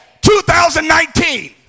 2019